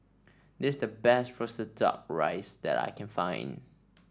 this is the best roasted duck rice that I can find